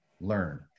learn